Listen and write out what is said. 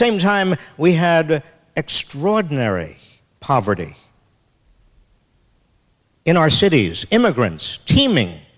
same time we had extraordinary poverty in our cities immigrants teeming